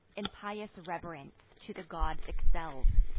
in pious reverence to the gods excell'd.